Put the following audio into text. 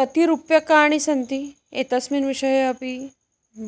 कति रूप्यकाणि सन्ति एतस्मिन् विषये अपि